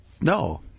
No